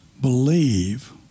believe